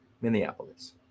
Minneapolis